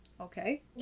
Okay